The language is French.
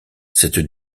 cette